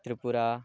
Tripura